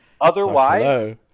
Otherwise